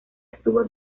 estuvo